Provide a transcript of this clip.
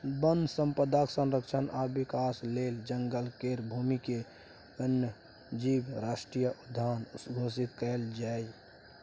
वन संपदाक संरक्षण आ विकास लेल जंगल केर भूमिकेँ वन्य जीव राष्ट्रीय उद्यान घोषित कएल जाए